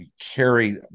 carry